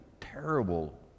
terrible